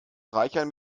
reichern